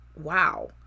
Wow